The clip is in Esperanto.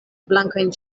blankajn